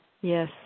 Yes